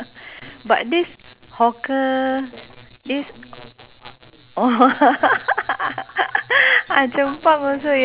also there's another uh youngsters ah they open another shop also there I forgot what is it actually they open may